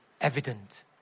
evident